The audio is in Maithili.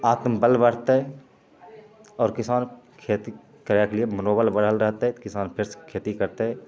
आत्मबल बढ़तै आओर किसान खेती करैके लिए मनोबल बढ़ल रहतै किसान फेरसे खेती करतै